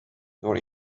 nor